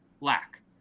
lack